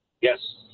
Yes